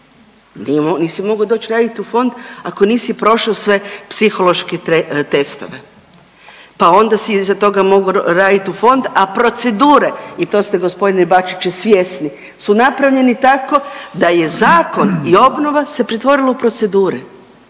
nisi mogao doći raditi u fond ako nisi prošao sve psihološke testove, pa onda si iza toga mogao radit u fond. A procedure i to ste g. Bačiću svjesni, su napravljeni tako da je zakon i obnova se pretvorila u procedure.